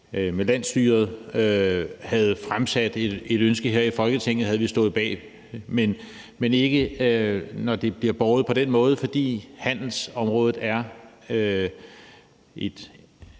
med landsstyret havde fremsat et ønske her i Folketinget, havde vi stået bag. Men det gør vi ikke, når det bliver båret frem på den måde, fordi handelsområdet er et